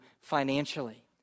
financially